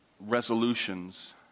resolutions